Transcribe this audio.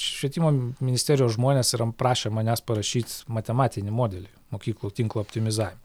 švietimo ministerijos žmonės yra prašę manęs parašyt matematinį modelį mokyklų tinklo optimizavime